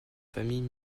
famille